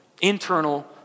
Internal